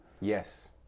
Yes